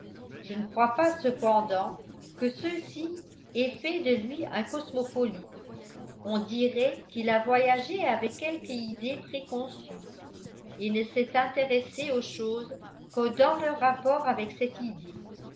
je ne crois pas cependant que ceux-ci aient fait de lui un cosmopolite on dirait qu'il a voyagé avec quelque idée préconçue et ne s'est intéressé aux choses que dans leur rapport avec cette idée